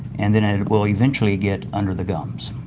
and then and it will eventually get under the gums.